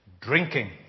drinking